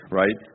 right